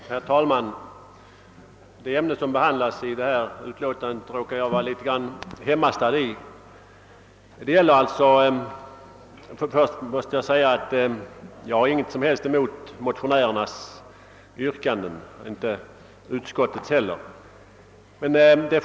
Herr talman! Jag råkar vara något insatt i det ämne som behandlas i förevarande utskottsutlåtande. Jag vill först säga att jag inte har något som helst emot vare sig motionärernas eller utskottets yrkanden.